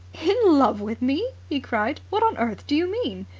in love with me? he cried. what on earth do you mean?